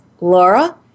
Laura